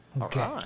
Okay